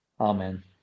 Amen